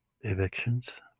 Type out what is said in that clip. evictions